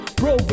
bro